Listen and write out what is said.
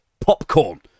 popcorn